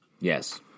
Yes